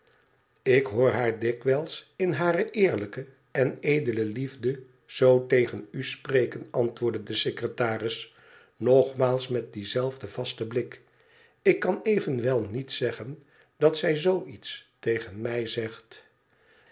ik hoor haar dikwijls in hare eerlijke en edele liefde zoo tegen u spreken antwoordde de secretaris nogmaals met dien zelfden vasten blik ik kan evenwel niet zeggen dat zij zoo iets tegen mij zegt